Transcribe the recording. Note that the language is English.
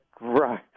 Right